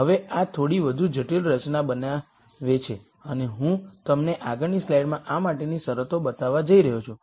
હવે આ થોડી વધુ જટિલ રચના બનાવે છે અને હું તમને આગળની સ્લાઈડમાં આ માટેની શરતો બતાવવા જઈ રહ્યો છું